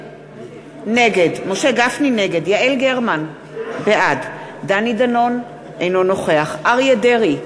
נגד יעל גרמן, בעד דני דנון, אינו נוכח אריה דרעי,